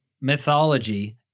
mythology